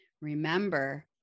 Remember